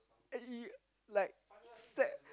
eh you like set